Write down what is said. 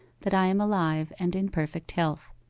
that i am alive and in perfect health.